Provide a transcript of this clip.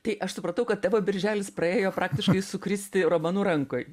tai aš supratau kad tavo birželis praėjo praktiškai sukristi romanu rankoj